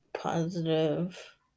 positive